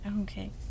Okay